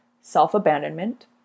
self-abandonment